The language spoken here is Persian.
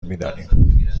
میدانیم